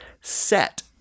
set